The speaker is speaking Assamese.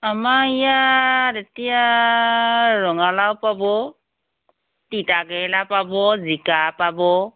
আমাৰ ইয়াত এতিয়া ৰঙালাউ পাব তিতাকেৰেলা পাব জিকা পাব